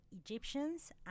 Egyptians